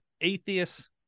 atheists